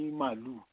malu